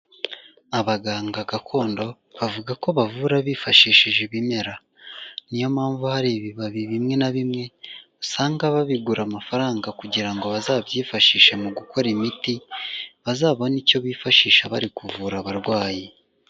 Abaganga gakondo bavuga ko bavura bifashishije ibimera niyo mpamvu hari ibibabi bimwe na bimwe usanga babigura amafaranga kugira ngo bazabyifashishe mu gukora imiti bazabone icyo bifashisha bari kuvura abarwayi.